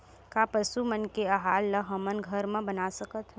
का पशु मन के आहार ला हमन घर मा बना सकथन?